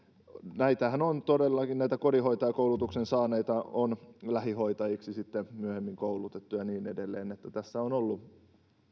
todellakin näitä kodinhoitajakoulutuksen saaneitahan on lähihoitajiksi sitten myöhemmin koulutettu ja niin edelleen niin että tässä on ollut